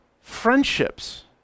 friendships